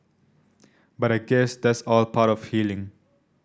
but I guess that's all part of healing